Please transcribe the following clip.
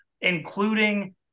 including